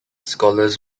scholars